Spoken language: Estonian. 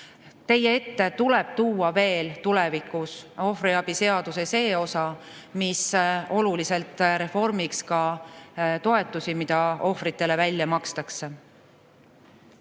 Teie ette tuleb tulevikus tuua ka ohvriabi seaduse see osa, mis oluliselt reformiks toetusi, mida ohvritele välja makstakse.